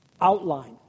outline